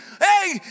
hey